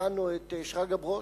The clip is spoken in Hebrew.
שמענו את שרגא ברוש,